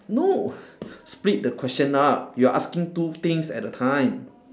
no split the question up you are asking two things at a time